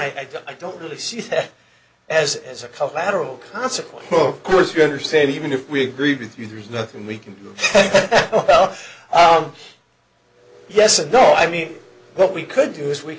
don't i don't really see it as as a cover lateral consequence of course you understand even if we agree with you there is nothing we can do about yes and no i mean what we could do is we